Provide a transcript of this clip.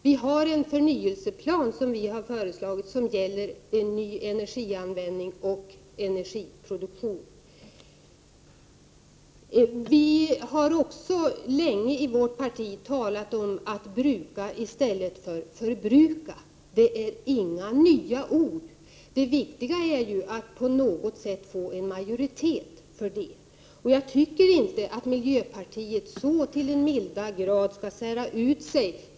Vi har föreslagit en förnyelseplan som gäller en ny energianvändning och energiproduktion. Vi har också länge i vårt parti talat om att bruka i stället för att förbruka. Det är inga nya ord, det viktiga är ju att på något sätt få en majoritet för detta. Jag tycker inte att miljöpartiet så till den milda grad skall sära ut sig.